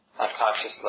unconsciously